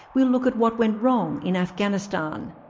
we'll look at what went wrong in afghanistan.